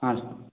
ହଁ ସାର୍